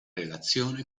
relazione